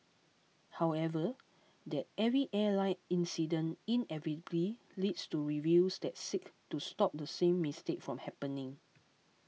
however that every airline incident inevitably leads to reviews that seek to stop the same mistake from happening